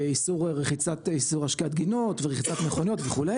איסור השקיית גינות ורחיצת מכוניות וכו'.